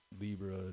Libra